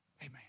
amen